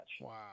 Wow